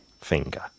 finger